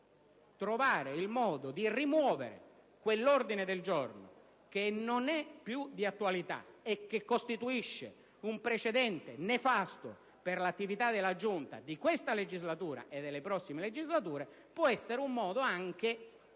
trovare il modo di rimuovere quell'ordine del giorno, che non è più di attualità e costituisce un precedente nefasto per l'attività della Giunta di questa e delle prossime legislature, credo possa essere un modo,